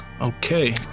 Okay